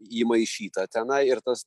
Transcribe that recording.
įmaišyta tenai ir tas